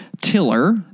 Tiller